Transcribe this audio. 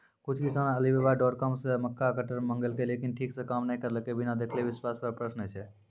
कुछ किसान Alibaba dot com से मक्का कटर मंगेलके लेकिन ठीक से काम नेय करलके, बिना देखले विश्वास पे प्रश्न छै?